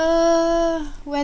uh